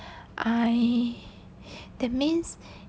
I that means